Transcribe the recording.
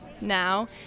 now